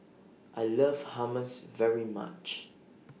I like Hummus very much